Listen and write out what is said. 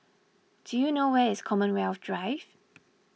do you know where is Commonwealth Drive